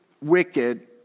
wicked